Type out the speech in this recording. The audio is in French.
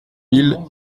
mille